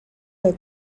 del